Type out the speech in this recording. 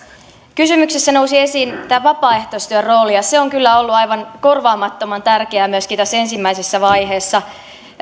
kysymyksessä nousi esiin tämä vapaaehtoistyön rooli ja se on kyllä ollut aivan korvaamattoman tärkeää myöskin tässä ensimmäisessä vaiheessa